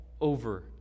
over